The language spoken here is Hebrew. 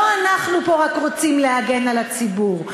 לא רק אנחנו פה רוצים להגן על הציבור.